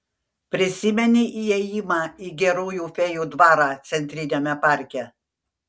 prisimeni įėjimą į gerųjų fėjų dvarą centriniame parke